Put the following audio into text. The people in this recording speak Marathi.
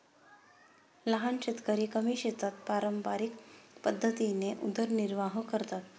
लहान शेतकरी कमी शेतात पारंपरिक पद्धतीने उदरनिर्वाह करतात